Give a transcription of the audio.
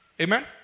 Amen